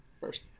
First